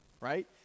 right